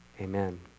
Amen